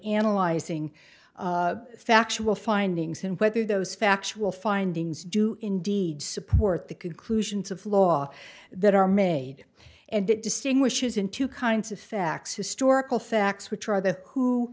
analyzing factual findings and whether those factual findings do indeed support the conclusions of law that are made and it distinguishes in two kinds of facts historical facts which are the who